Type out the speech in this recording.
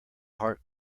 heart